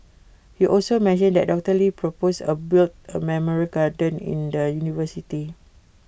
he also mentioned that doctor lee propose A build A memorial garden in the university